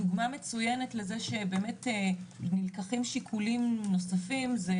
דוגמא מצוינת שבאמת נלקחים שיקולים נוספים זה